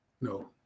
No